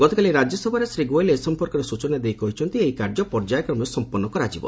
ଗତକାଲି ରାଜ୍ୟସଭାରେ ଶ୍ରୀ ଗୋୟଲ ଏ ସମ୍ପର୍କରେ ସୂଚନା ଦେଇ କହିଛନ୍ତି ଏହି କାର୍ଯ୍ୟ ପର୍ଯ୍ୟାୟକ୍ରମେ ସମ୍ପନ୍ଧ କରାଯିବ